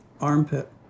armpit